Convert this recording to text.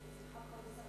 סליחה, כבוד השר,